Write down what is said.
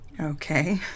Okay